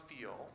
feel